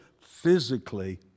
physically